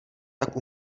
tak